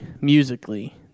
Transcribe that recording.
musically